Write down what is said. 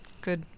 Good